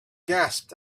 gasped